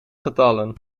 getallen